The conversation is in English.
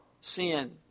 sin